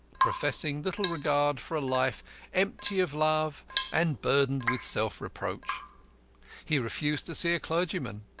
professing little regard for a life empty of love and burdened with self-reproach he refused to see clergymen.